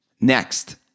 Next